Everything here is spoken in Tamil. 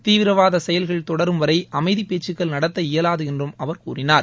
தீவிரவாதச் செயல்கள் தொடரும் வரை அமைதிப் பேச்சுகள் நடத்த இயலாது என்றும் அவர் கூறினார்